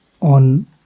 on